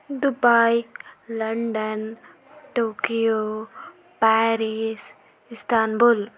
Dubai London Tokyo Paris Istanbul